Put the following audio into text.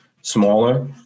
smaller